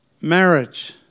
Marriage